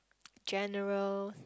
general